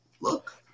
look